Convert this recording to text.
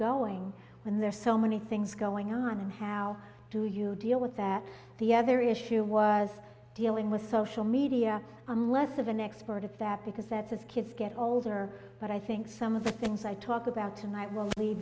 going when there so many things going on and how do you deal with that the other issue was dealing with social media on less of an expert at that because that is kids get older but i think some of the things i talk about tonight will leave